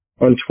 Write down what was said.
on